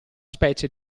specie